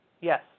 Yes